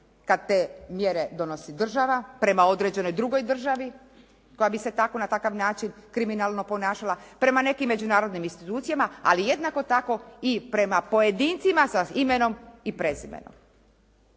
kad te mjere donosi država, prema određenoj drugoj državi, koja bi se tako, na takav način kriminalno ponašala, prema nekim međunarodnim institucijama, ali jednako tako i prema pojedincima sa imenom i prezimenom.